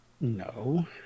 No